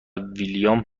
ویلیام